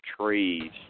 Trees